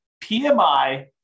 PMI